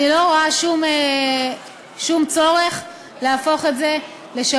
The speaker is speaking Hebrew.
אני לא רואה שום צורך להפוך את זה לשבתון.